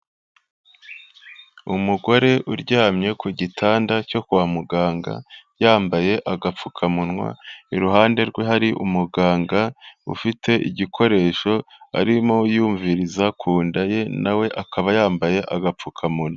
Umugore uryamye ku gitanda cyo kwa muganga yambaye agapfukamunwa, iruhande rwe hari umuganga ufite igikoresho arimo yumviriza ku nda ye nawe akaba yambaye agapfukamunwa.